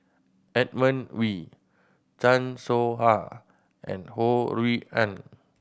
Edmund Wee Chan Soh Ha and Ho Rui An